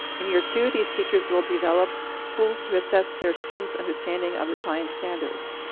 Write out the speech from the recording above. in year two, these teachers will develop tools to assess their students understanding of the science standards.